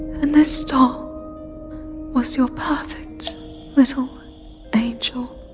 and this doll was your perfect little angel.